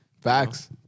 Facts